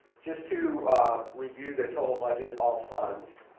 just to review the total budget, all funds.